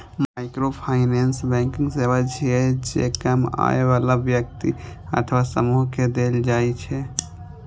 microfinance banking सेवा छियै, जे कम आय बला व्यक्ति अथवा समूह कें देल जाइ छै